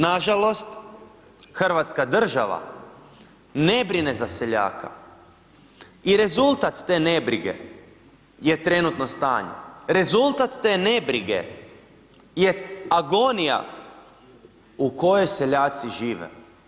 Nažalost Hrvatska država ne brine za seljaka i rezultat te nebrige je trenutno stanje, rezultat te ne brige je agonija u kojoj seljaci žive.